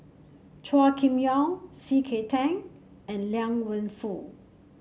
Chua Kim Yeow C K Tang and Liang Wenfu